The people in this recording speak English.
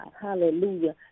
hallelujah